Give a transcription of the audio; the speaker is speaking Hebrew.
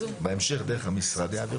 בהמשך דרך המשרד יעבירו לך.